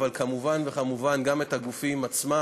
אבל כמובן וכמובן גם את הגופים עצמם.